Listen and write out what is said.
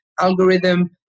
algorithm